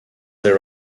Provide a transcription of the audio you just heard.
the